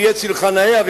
שיהיה צלך נאה,